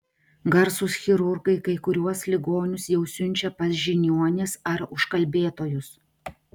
garsūs chirurgai kai kuriuos ligonius jau siunčia pas žiniuonis ar užkalbėtojus